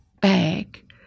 bag